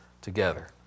together